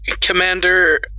Commander